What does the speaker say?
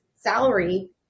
salary